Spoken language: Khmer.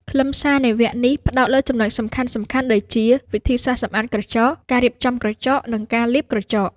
ខ្លឹមសារនៃវគ្គនេះផ្តោតលើចំណុចសំខាន់ៗដូចជា វិធីសាស្រ្តសម្អាតក្រចក ការរៀបចំក្រចក និងការលាបក្រចក។